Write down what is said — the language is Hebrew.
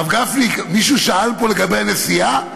הרב גפני, מישהו שאל פה לגבי הנשיאה?